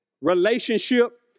relationship